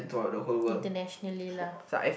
internationally lah